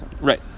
Right